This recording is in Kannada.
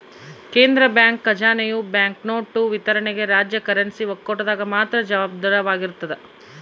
ಕೇಂದ್ರ ಬ್ಯಾಂಕ್ ಖಜಾನೆಯು ಬ್ಯಾಂಕ್ನೋಟು ವಿತರಣೆಗೆ ರಾಜ್ಯ ಕರೆನ್ಸಿ ಒಕ್ಕೂಟದಾಗ ಮಾತ್ರ ಜವಾಬ್ದಾರವಾಗಿರ್ತದ